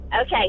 Okay